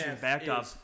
backup